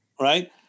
Right